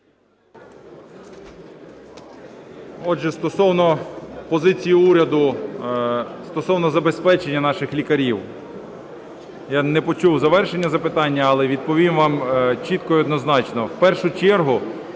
Отже, стосовно позиції уряду стосовно забезпечення наших лікарів. Я не почув завершення запитання, але відповім вам чітко і однозначно.